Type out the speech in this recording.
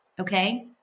Okay